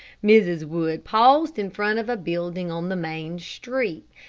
mrs. wood paused in front of a building on the main street.